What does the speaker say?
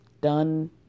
done